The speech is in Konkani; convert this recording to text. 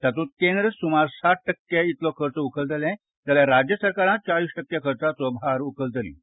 तातूंत केंद्र सुमार साठ टक्के इतलो खर्च उबारतले जाल्यार राज्य सरकारां चाळीस टक्के खर्चाचो भार उखलतलीं